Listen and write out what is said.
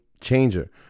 changer